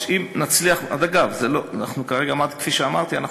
כפי שאמרתי,